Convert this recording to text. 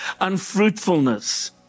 unfruitfulness